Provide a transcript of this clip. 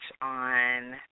on